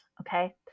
Okay